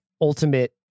ultimate